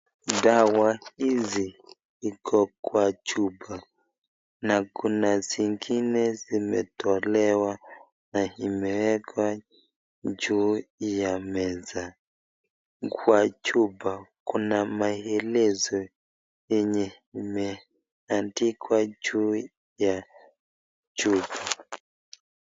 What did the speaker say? Dawa hizi iko kwa chupa na kuna zingine zimetolewa na imewekwa juu ya meza. Kwa chupa kuna maelezo yenye imeandikwa juu ya chupa.